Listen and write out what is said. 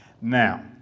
Now